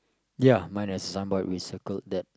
ya mine is signboard yeah we circled that